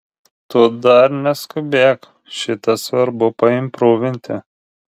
tu dar neskubėk šitą svarbu paimprūvinti